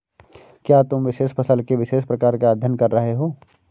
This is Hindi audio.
क्या तुम विशेष फसल के विशेष प्रकार का अध्ययन कर रहे हो?